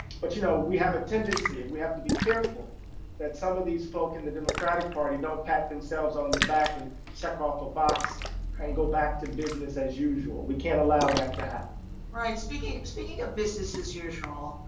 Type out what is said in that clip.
but you know, we have a tendency and we have to be careful that some of these folk in the democratic party, don't pat themselves on the back and check off a box and go back to business as usual. we can't allow that to happen. carol right. speaking of speaking of business, as usual,